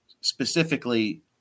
specifically